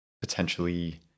potentially